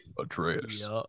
Atreus